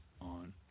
on